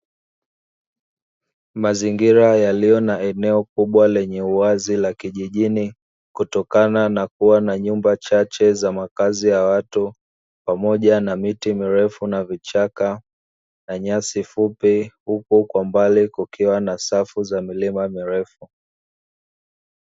Mazingira yaliyo na eneo kubwa lenye uwazi la kijijini kutokana na kuwa na nyumba chache za makazi ya watu, pamoja na miti mirefu na vichaka na nyasi fupi; huku kwa mbali kukiwa na safu za milima mirefu.